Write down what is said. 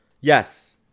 Yes